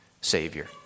Savior